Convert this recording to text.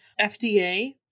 FDA